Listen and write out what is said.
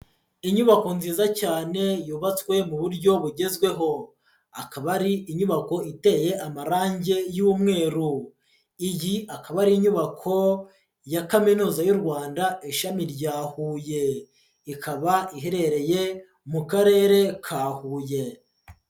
Inyubako nziza cyane yubatswe mu buryo bugezweho, akaba ari inyubako iteye amarangi y'umweru, iyi akaba ari inyubako ya kaminuza y'u Rwanda, ishami rya Huye, ikaba iherereye mu karere ka Huye.